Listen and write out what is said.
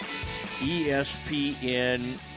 ESPN